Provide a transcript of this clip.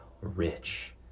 rich